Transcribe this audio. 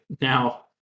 Now